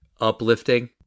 Uplifting